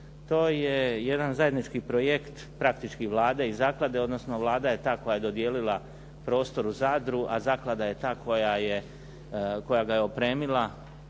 To je jedan zajednički projekt praktički Vlade i zaklade, odnosno Vlada je ta koja je dodijelila prostor u Zadru a zaklada je ta koja ga je opremila